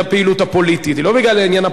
בגלל העניין הכלכלי,